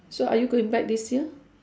so are you going back this year